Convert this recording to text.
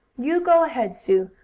you go ahead, sue,